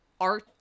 art